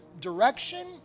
direction